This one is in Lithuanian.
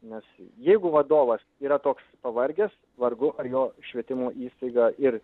nes jeigu vadovas yra toks pavargęs vargu ar jo švietimo įstaiga ir